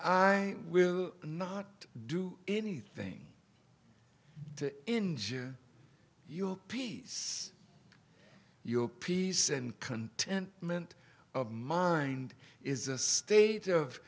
i will not do anything to injure your peace your peace and contentment of mind is a state of